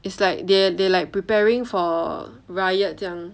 it's like they they like preparing for riot 这样